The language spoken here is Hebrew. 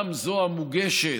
גם זו המוגשת,